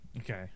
Okay